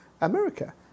America